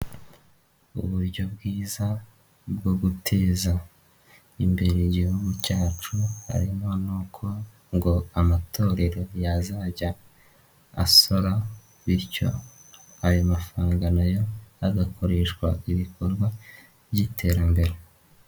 Uburyo bwiza bwo guteza imbere igihugu cyacu harimo n'uko ngo amatorero yazajya asora bityo ayo mafaranga na yo agakoreshwa ibikorwa by'iterambere.